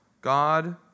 God